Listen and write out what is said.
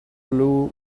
blew